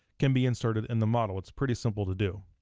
can be inserted in the model, it's pretty simple to do.